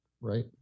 right